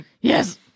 Yes